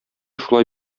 шулай